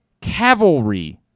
cavalry